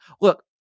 look